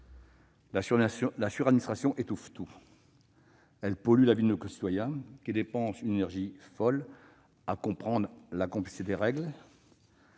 La suradministration étouffe tout. Elle pollue la vie de nos concitoyens, qui dépensent une énergie folle pour comprendre des règles